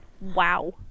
Wow